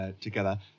together